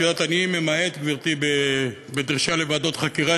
את יודעת, אני ממעט, גברתי, בדרישה לוועדות חקירה.